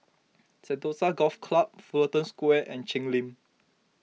Sentosa Golf Club Fullerton Square and Cheng Lim